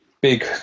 big